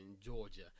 Georgia